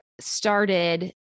started